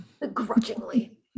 Begrudgingly